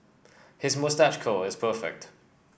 his moustache curl is perfect